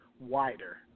wider